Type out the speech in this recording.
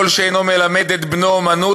כל שאינו מלמד את בנו אומנות,